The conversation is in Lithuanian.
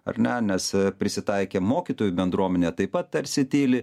ar ne nes prisitaikė mokytojų bendruomenė taip pat tarsi tyli